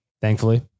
Thankfully